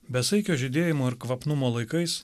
besaikio žydėjimo ir kvapnumo laikais